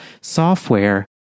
software